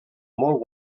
molt